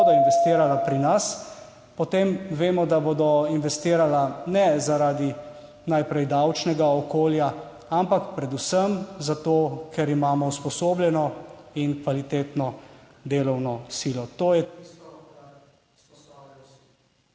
bodo investirala pri nas, potem vemo, da bodo investirala ne zaradi najprej davčnega okolja, ampak predvsem zato, ker imamo usposobljeno in kvalitetno delovno silo. To je... /izklop